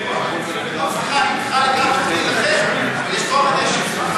סליחה, אבל יש טוהר הנשק.